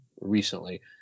recently